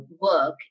work